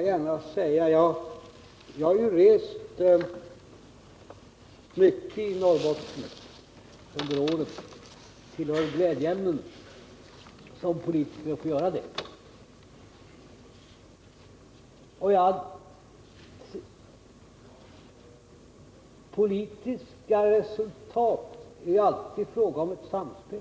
Jag har rest mycket i Norrbotten under åren — det tillhör glädjeämnena för en politiker att få göra det — och jag vill säga att politiska resultat är alltid en fråga om ett samspel.